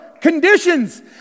conditions